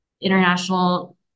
international